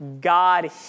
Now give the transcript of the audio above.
God